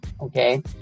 okay